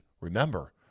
remember